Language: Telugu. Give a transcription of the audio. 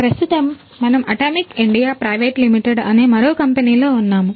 ప్రస్తుతం మనము అటామిక్ ఇండియా ప్రైవేట్ లిమిటెడ్ అనే మరో కంపెనీలో ఉన్నాము